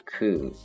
Cool